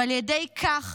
ועל ידי כך